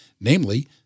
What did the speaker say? namely